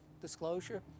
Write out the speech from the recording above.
disclosure